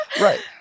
Right